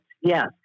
Yes